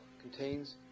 contains